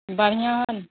बढ़िआँ हय ने